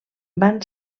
van